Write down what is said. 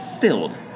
filled